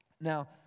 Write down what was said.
Now